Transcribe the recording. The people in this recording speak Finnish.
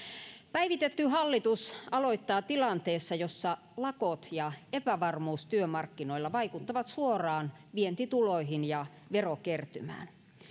päivitetty hallitus aloittaa tilanteessa jossa lakot ja epävarmuus työmarkkinoilla vaikuttavat suoraan vientituloihin ja verokertymään